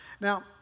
Now